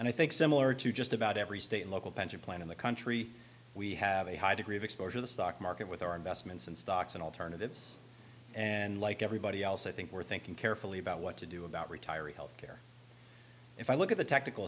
and i think similar to just about every state and local pension plan in the country we have a high degree of exposure the stock market with our investments and stocks and alternatives and like everybody else i think we're thinking carefully about what to do about retiree health care if i look at the technical